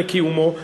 לקיומו,